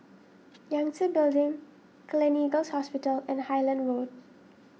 Yangtze Building Gleneagles Hospital and Highland Road